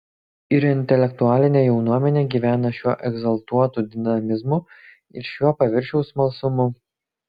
ir intelektualinė jaunuomenė gyvena šiuo egzaltuotu dinamizmu ir šiuo paviršiaus smalsumu